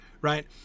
right